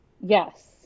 Yes